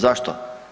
Zašto?